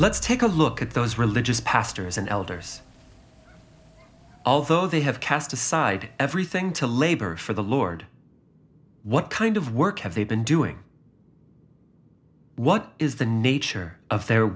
let's take a look at those religious pastors and elders although they have cast aside everything to labor for the lord what kind of work have they been doing what is the nature of their